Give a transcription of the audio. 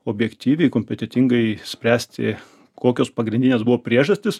objektyviai kompetentingai spręsti kokios pagrindinės buvo priežastys